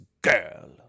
girl